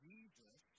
Jesus